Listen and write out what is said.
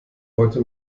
heute